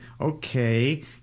okay